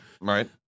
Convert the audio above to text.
Right